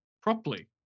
properly